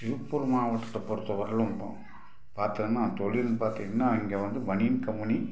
திருப்பூர் மாவட்டத்தை பொறுத்த வரையிலும் இப்போது பாத்தோன்னா தொழில்னு பார்த்திங்கன்னா இங்கே வந்து பனியன் கம்மனி